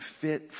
fit